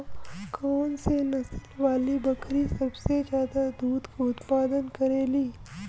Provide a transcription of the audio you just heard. कौन से नसल वाली बकरी सबसे ज्यादा दूध क उतपादन करेली?